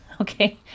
okay